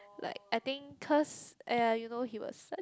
like I think because !aiya! you know he was such